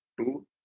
two